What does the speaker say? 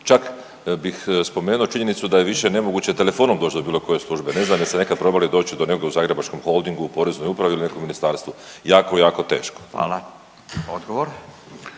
čak bih spomenuo činjenicu da je više nemoguće telefonom doć do bilo koje službe. Ne znam jeste nekad probali doć do nekoga u Zagrebačkom Holdingu, Poreznoj upravi ili nekom ministarstvu. Jako, jako teško. **Radin,